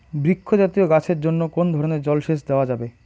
বৃক্ষ জাতীয় গাছের জন্য কোন ধরণের জল সেচ দেওয়া যাবে?